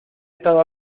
estado